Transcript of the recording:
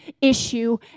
issue